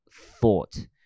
thought